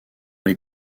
les